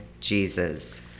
Jesus